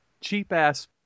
cheap-ass